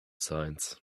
science